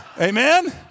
Amen